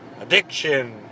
addiction